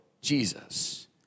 Jesus